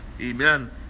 Amen